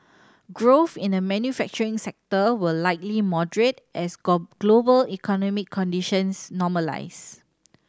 growth in the manufacturing sector will likely moderate as global economic conditions normalise